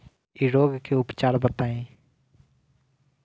इ रोग के उपचार बताई?